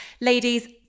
Ladies